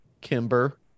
Kimber